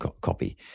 copy